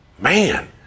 man